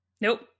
Nope